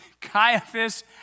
Caiaphas